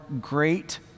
great